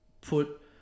put